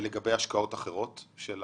ולגבי השקעות אחרות?